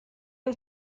wyt